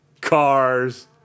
cars